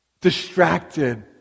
distracted